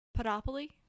Podopoly